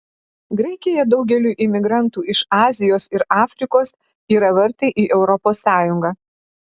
graikija daugeliui imigrantų iš azijos ir afrikos yra vartai į europos sąjungą